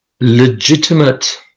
legitimate